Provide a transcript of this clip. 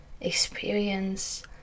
experience